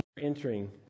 entering